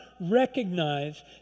recognize